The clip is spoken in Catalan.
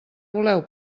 voleu